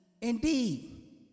indeed